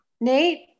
Nate